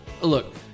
Look